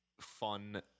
fun